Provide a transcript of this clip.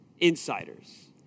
insiders